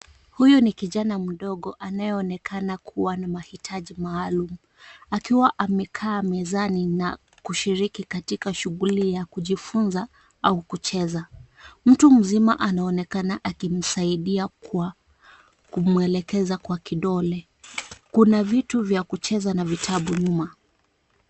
Huyu ni kijana mdogo anayeonekana kuwa na mahitaji maalum, akiwa amekaa mezani na kushiriki katika shughuli ya kujifunza au kucheza. Mtu mzima anaonekana akimsaidia kwa kumuelekeza kwa kidole. Kuna vitu vya kucheza na vitabu nyuma.